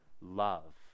love